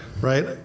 right